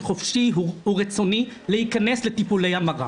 חופשי ורצוני להיכנס לטיפולי המרה.